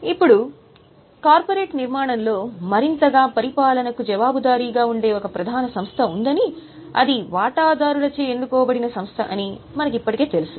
ఇప్పుడు కార్పొరేట్ నిర్మాణంలో మరింతగా పరిపాలనకు జవాబుదారీగా ఉండే ఒక ప్రధాన సంస్థ ఉందని అది వాటాదారులచే ఎన్నుకోబడిన సంస్థ అని మనకు ఇప్పటికే తెలుసు